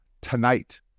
tonight